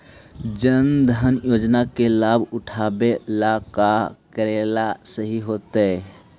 जन धन योजना के लाभ उठावे ला का का करेला सही होतइ?